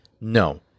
No